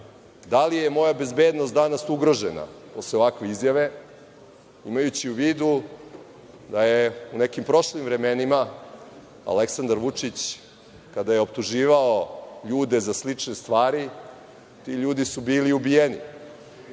da li je moja bezbednost danas ugrožena, posle ovakve izjave imajući u vidu da je u nekim prošlim vremenima Aleksandar Vučić, kada je optuživao ljude za slične stvari, ti ljudi su bili ubijeni.